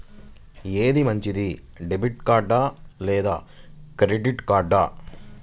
ఏది మంచిది, debit card లేదా క్రెడిట్ కార్డ్?